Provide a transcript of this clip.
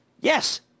yes